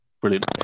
brilliant